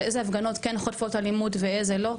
על אילו הפגנות כן חוטפות אלימות ואילו לא,